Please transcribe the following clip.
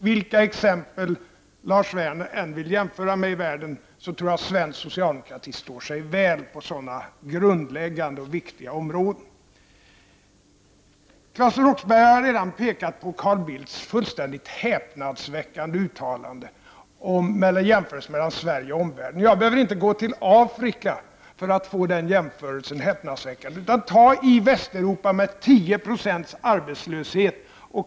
Vilka exempel Lars Werner än vill jämföra med i världen tror jag svensk socialdemokrati står sig väl på sådana viktiga och grundläggande områden. Claes Roxbergh har redan pekat på Carl Bildts fullständigt häpnadsväckande uttalande när det gäller Sverige och omvärlden. Jag behöver inte gå till Afrika. I Västeuropa har vi en arbetslöshet på 10 96.